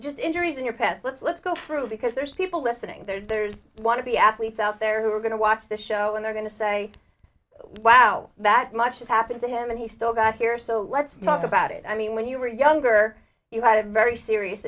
just injuries in your past let's let's go through because there's people listening there's there's one of the athletes out there who are going to watch the show when they're going to say wow that much it happened to him and he still got here so let's talk about it i mean when you were younger you had a very serious